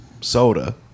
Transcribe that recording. soda